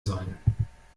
sollen